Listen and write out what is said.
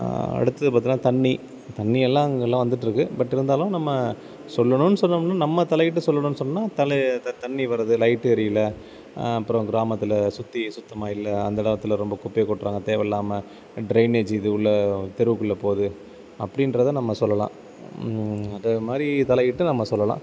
அடுத்தது பார்த்தன்னா தண்ணி தண்ணி எல்லாம் இங்கேல்லாம் வந்துட்டிருக்கு பட் இருந்தாலும் நம்ம சொல்லணுன்னு சொல்லணும்னால் நம்ம தலையிட்டு சொல்லணும் சொன்னால் தலையை தண்ணி வரது லைட்டு எரியலை அப்பறம் கிராமத்தில் சுற்றி சுத்தமாக இல்லை அந்த இடத்துல ரொம்ப குப்பையை கொட்டுறாங்க தேவைல்லாம ட்ரைனேஜு இது உள்ளே தெருவுக்குள்ளே போகுது அப்படின்றத நம்ம சொல்லலாம் அது மாதிரி தலையிட்டு நம்ம சொல்லலாம்